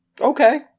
okay